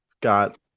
got